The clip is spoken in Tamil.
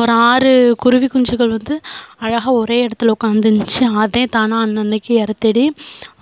ஒரு ஆறு குருவி குஞ்சிகள் வந்து அழகாக ஒரே இடத்துல உட்காந்துருந்துச்சு அதே தானாக அன்னன்னக்கு இர தேடி